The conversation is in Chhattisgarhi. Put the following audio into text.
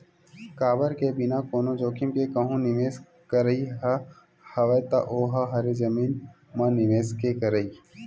काबर के बिना कोनो जोखिम के कहूँ निवेस करई ह हवय ता ओहा हरे जमीन म निवेस के करई